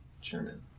Chairman